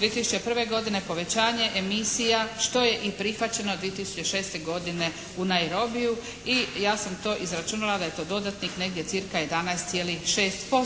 2001. godine povećanje emisija što je i prihvaćeno 2006. godine u Najrobiju i ja sam to izračunala da je to dodatnih negdje cca 11,6%